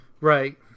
right